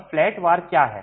अब फ्लैट वार क्या है